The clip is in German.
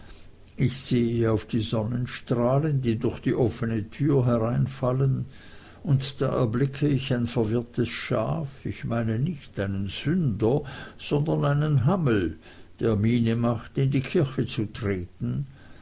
ich sehe auf die sonnenstrahlen die durch die offne tür hereinfallen und da erblicke ich ein verirrtes schaf ich meine nicht einen sünder sondern einen hammel der miene macht in die kirche zu treten